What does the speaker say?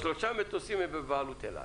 רגע, שלושה מטוסים הם בבעלות אל על.